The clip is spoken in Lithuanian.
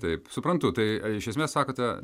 taip suprantu tai iš esmės sakote